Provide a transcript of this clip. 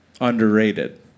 Underrated